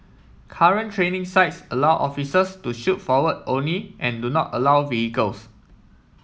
current training sites allow officers to shoot forward only and do not allow vehicles